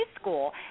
school